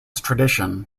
tradition